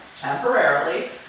temporarily